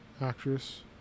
actress